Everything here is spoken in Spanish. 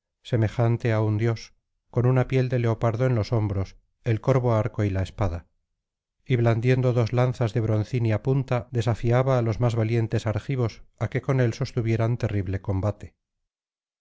semejante á un dios con una piel de leopardo en los homaros el corvo arcojy la espada y blandiendo dos lanzas de broncínea punta desafiaba á los más valientes argivos á que con él sostuvieran terrible combate